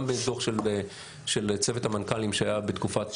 גם בדוח של צוות המנכ"לים שהיה בתקופת